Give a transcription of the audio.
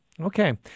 Okay